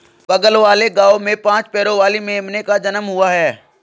बगल वाले गांव में पांच पैरों वाली मेमने का जन्म हुआ है